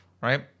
right